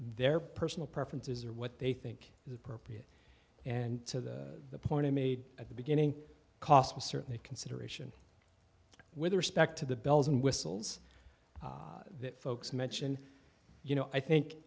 their personal preferences or what they think is appropriate and to the point i made at the beginning cost was certainly a consideration with respect to the bells and whistles that folks mention you know i think